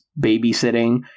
babysitting